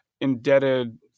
indebted